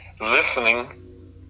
listening